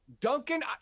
Duncan